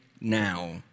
now